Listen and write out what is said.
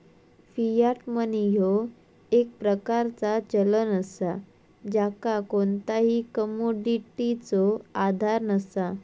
Fiat money ह्यो एक प्रकारचा चलन असा ज्याका कोणताही कमोडिटीचो आधार नसा